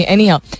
Anyhow